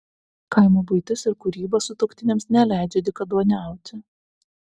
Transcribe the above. kaimo buitis ir kūryba sutuoktiniams neleidžia dykaduoniauti